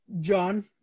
John